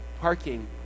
parking